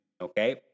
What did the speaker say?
okay